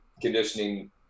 conditioning